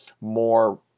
more